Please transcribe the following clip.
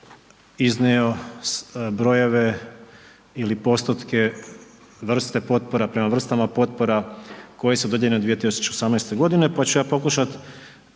iznio brojeve ili postotke, vrsta potpora prema vrstama potpora koje su dodijeljene u 2018. godini pa ću ja pokušati